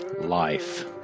Life